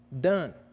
done